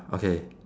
okay